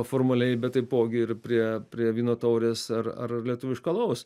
formaliai bet taipogi ir prie prie vyno taurės ar ar lietuviško alaus